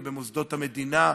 ובמוסדות המדינה,